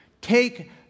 take